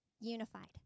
unified